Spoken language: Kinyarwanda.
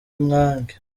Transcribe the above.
mwangi